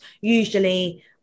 usually